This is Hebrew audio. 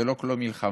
זה לא כלי מלחמה.